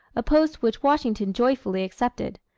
a post which washington joyfully accepted.